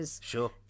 Sure